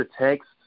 text